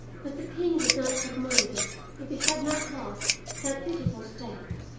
but the king would not have minded if he had not lost that beautiful stag.